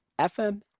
FM